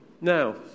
Now